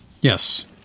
Yes